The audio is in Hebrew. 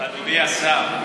אדוני השר,